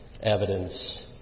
evidence